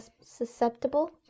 Susceptible